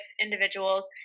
individuals